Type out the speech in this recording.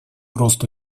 росту